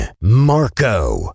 Marco